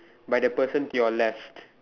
by the person to your left